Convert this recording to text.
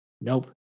nope